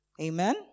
Amen